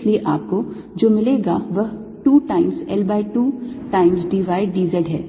इसलिए आपको जो मिलेगा वह 2 times L by 2 times d y d z है